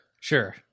Sure